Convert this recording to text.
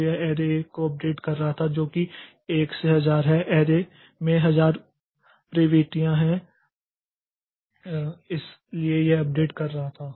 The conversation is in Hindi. तो यह ऐरे A को अपडेट कर रहा था जो कि 1 से 1000 है ऐरे में 1000 प्रविष्टियां हैं इसलिए यह अपडेट कर रहा था